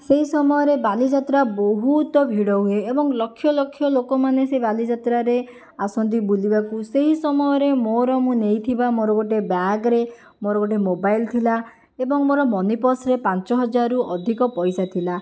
ସେହି ସମୟରେ ବାଲିଯାତ୍ରା ବହୁତ ଭିଡ଼ ହୁଏ ଏବଂ ଲକ୍ଷ ଲକ୍ଷ ଲୋକମାନେ ସେ ବାଲିଯାତ୍ରାରେ ଆସନ୍ତି ବୁଲିବାକୁ ସେହି ସମୟରେ ମୋର ମୁଁ ନେଇଥିବା ମୋର ଗୋଟିଏ ବ୍ୟାଗରେ ମୋର ଗୋଟିଏ ମୋବାଇଲ ଥିଲା ଏବଂ ମୋର ମନିପର୍ସରେ ପାଞ୍ଚ ହଜାରରୁ ଅଧିକ ପଇସା ଥିଲା